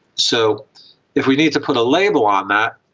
so if we need to put a label on that,